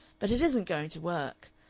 but it isn't going to work.